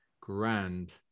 grand